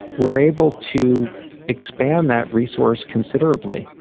we are able to expand that resource considerably.